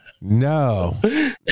No